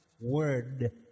word